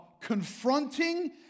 confronting